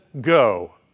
go